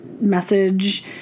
message